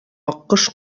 аккош